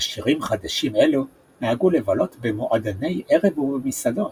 "עשירים חדשים" אלה נהגו לבלות במועדוני ערב ובמסעדות.